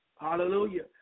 Hallelujah